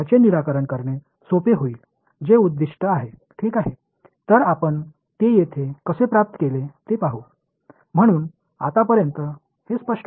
எனவே ஈகியூவேளன்ஸ் என்பது ஒரு சிக்கலை இன்னொரு வகையான சிக்கலாக மாற்றப் போகிறேன் இது தீர்க்க எளிதானது இது தான் குறிக்கோள்